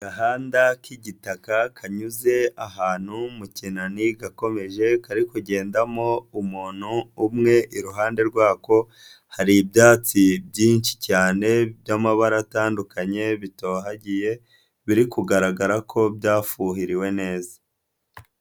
Agahanda k'igitaka kanyuze ahantu mu kinani gakomeje, kari kugendamo umuntu umwe iruhande rwako, hari ibyatsi byinshi cyane by'amabara atandukanye bitohagiye, biri kugaragara ko byafuhiriwe neza.